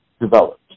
developed